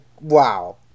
wow